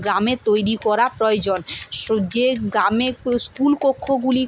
গ্রামে তৈরি করা প্রয়োজন সু যে গ্রামে ক্ স্কুল কক্ষগুলি